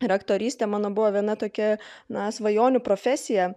ir aktorystė mano buvo viena tokia na svajonių profesija